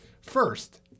First